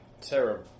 Sarah